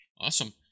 Awesome